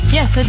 Yes